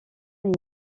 est